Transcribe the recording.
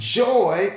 joy